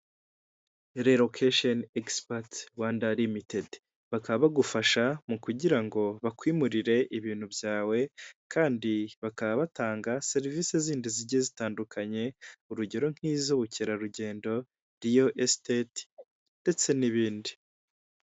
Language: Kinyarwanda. Umuhanda ni igikorwaremezo gifasha abantu bose mu buzima bwabo bwa buri munsi turavuga abamotari, imodoka ndetse n'abandi bantu bawukoresha mu buryo busanzwe burabafasha mu bikorwa byabo bya buri munsi.